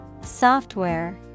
Software